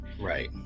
Right